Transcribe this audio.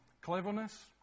cleverness